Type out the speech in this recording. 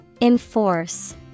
Enforce